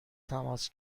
تماس